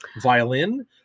violin